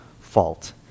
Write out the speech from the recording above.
fault